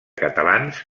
catalans